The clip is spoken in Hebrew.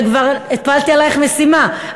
וכבר הפלתי עלייך משימה,